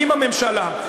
אם הממשלה,